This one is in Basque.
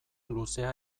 luzea